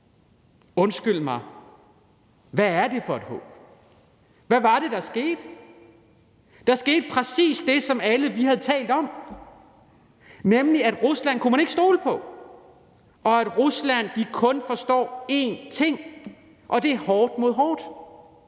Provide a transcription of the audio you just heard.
undskyld mig, hvad er det for et håb? Hvad var det, der skete? Der skete præcis det, som vi alle havde talt om, nemlig at man ikke kan stole på Rusland, og at Rusland kun forstår én ting, og det er hårdt mod hårdt